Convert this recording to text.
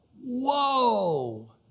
whoa